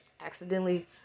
accidentally